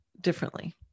differently